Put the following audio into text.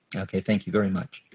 okay thank you very much.